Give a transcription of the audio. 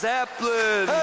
Zeppelin